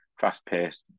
fast-paced